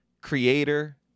creator